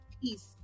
peace